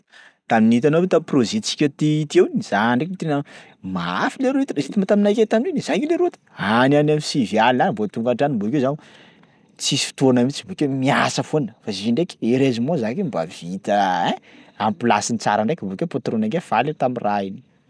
Tamin'ny hitanao tam'projet-ntsika ti- teo iny za ndraiky tena mafy leroa t- izitima taminakay tamin'iny za nge leroa any any am'sivy alina any vao tonga an-trano bôkeo zaho tsisy fotoana mihotsy bakeo miasa foana fa zio ndraiky heureusement zaka io mba vita ein am'plasiny tsara ndraiky bôkeo patronakay faly tam'raha iny.